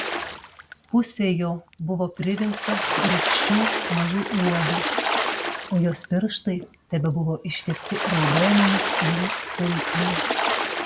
pusė jo buvo pririnkta rūgščių mažų uogų o jos pirštai tebebuvo ištepti raudonomis jų sultimis